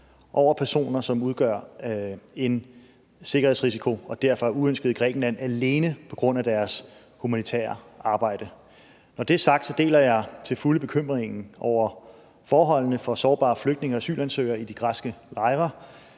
over personer, som udgør en sikkerhedsrisiko og derfor er uønskede i Grækenland alene på grund af deres humanitære arbejde. Når det er sagt, deler jeg til fulde bekymringen over forholdene for sårbare flygtninge og asylansøgere i de græske lejre.